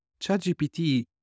ChatGPT